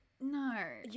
No